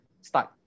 start